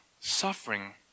Suffering